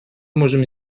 можем